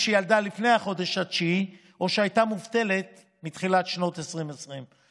שילדה לפני החודש התשיעי או שהייתה מובטלת בתחילת שנת 2020,